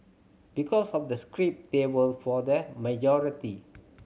because of the script they were for the majority